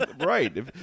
Right